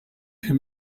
him